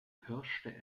pirschte